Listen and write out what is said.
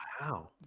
wow